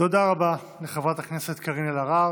תודה רבה לחברת הכנסת קארין אלהרר.